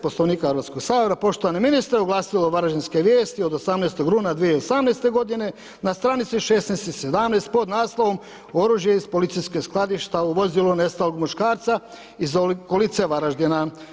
Poslovnika Hrvatskoga sabora, poštovani ministre u glasilu Varaždinske vijesti od 18. rujna2018. godine na str. 16 i 17 pod naslovom – Oružje iz policijske skladišta u vozilu nestalog muškarca iz okolice Varaždina.